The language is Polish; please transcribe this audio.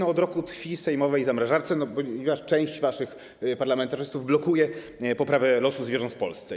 Od roku tkwi w sejmowej zamrażarce, ponieważ część waszych parlamentarzystów blokuje poprawę losu zwierząt w Polsce.